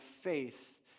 faith